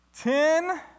Ten